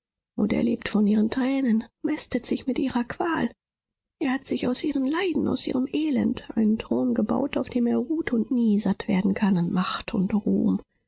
und er lebt von ihren tränen mästet sich mit ihrer qual er hat sich aus ihren leiden aus ihrem elend einen thron gebaut auf dem er ruht und nie satt werden kann an macht und ruhm